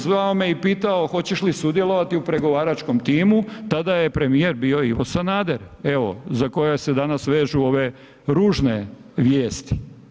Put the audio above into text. Zvao me i pitao: „Hoćeš li sudjelovati u pregovaračkom timu?“ Tada je premijer bio Ivo Sanader, evo za kojeg se danas vežu ove ružne vijesti.